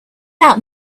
out